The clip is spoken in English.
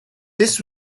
this